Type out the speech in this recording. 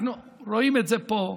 אנחנו רואים פה,